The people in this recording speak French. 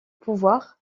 pouvoir